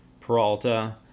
Peralta